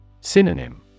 Synonym